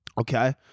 Okay